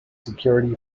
security